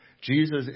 Jesus